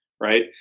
right